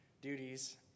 duties